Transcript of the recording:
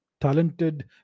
talented